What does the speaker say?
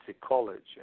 college